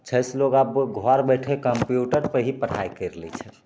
छै से लोक आब घर बैठे कम्प्यूटरपर ही पढ़ाइ करि लै छै